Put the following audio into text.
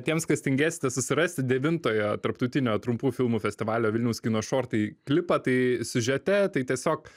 tiems kas tingėsite susirasti devintojo tarptautinio trumpų filmų festivalio vilniaus kino šortai klipą tai siužete tai tiesiog